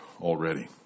already